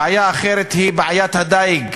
בעיה אחרת היא בעיית הדיג,